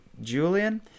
Julian